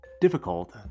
difficult